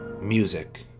Music